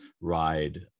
ride